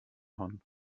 hwn